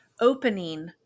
opening